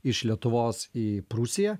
iš lietuvos į prūsiją